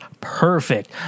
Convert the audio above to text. perfect